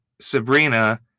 Sabrina